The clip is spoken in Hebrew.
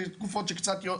יש תקופות שקצת יותר,